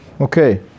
Okay